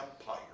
empire